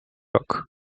rok